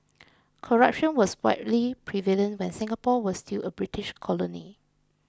corruption was widely prevalent when Singapore was still a British colony